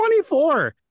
24